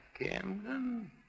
Camden